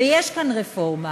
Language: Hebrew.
ויש כאן רפורמה,